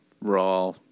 raw